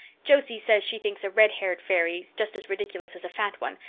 josie says she thinks a red-haired fairy is just as ridiculous as a fat one,